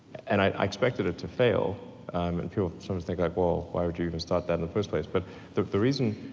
and i expected it to fail um and people sort of think, like well, why would you even start that in the first place? but the the reason,